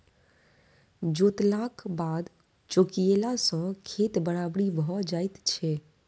जोतलाक बाद चौकियेला सॅ खेत बराबरि भ जाइत छै